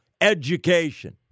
education